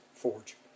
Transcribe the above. forge